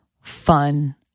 fun